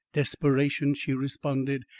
desperation, she responded,